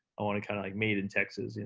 i want to kind of like meet in texas, you know?